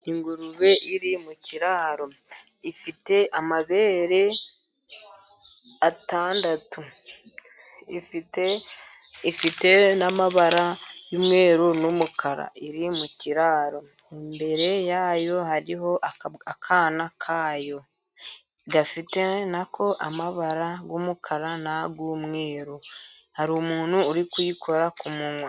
Ingurube iri mu kiraro ifite amabere atandatu, ifite n'amabara y'umweru, n'umukara iri mu kiraro, imbere yayo hariho akana kayo, gafite na ko amabara y'umukara n'ay'umweru, hari umuntu uri kuyikora ku munwa.